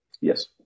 Yes